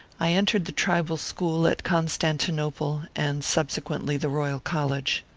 i entered the tribal school at constanti nople, and subsequently the royal college.